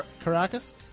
Caracas